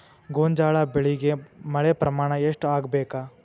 ಗೋಂಜಾಳ ಬೆಳಿಗೆ ಮಳೆ ಪ್ರಮಾಣ ಎಷ್ಟ್ ಆಗ್ಬೇಕ?